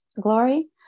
glory